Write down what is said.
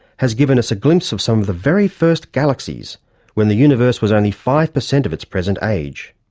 has given us a glimpse of some of the very first galaxies when the universe was only five percent of its present age.